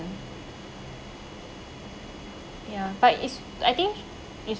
ya but it's I think it's